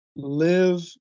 Live